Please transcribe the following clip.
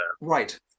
right